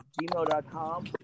gmail.com